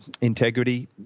integrity